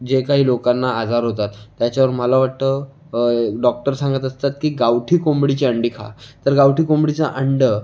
जे काई लोकांना आजार होतात त्याच्यावर मला वाटतं डॉक्टर्स सांगत असतात की गावठी कोंबडीची अंडी खा तर गावठी कोंबडीचं अंडं